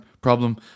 problem